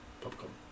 Popcorn